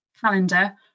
calendar